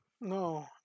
No